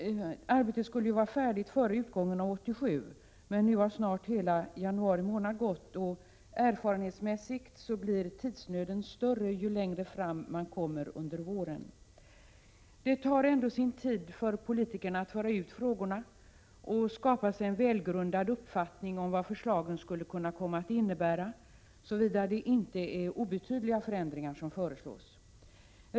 Arbetet skulle ju ha varit färdigt före utgången av 1987, men nu har snart hela januari månad gått, och erfarenhetsmässigt blir tidsnöden större ju längre fram man kommer under våren. Det tar ändå sin tid för politikerna att föra ut frågorna och skapa sig en välgrundad uppfattning om vad förslagen skulle komma att innebära, såvida det inte är obetydliga förändringar som föreslås.